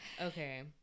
Okay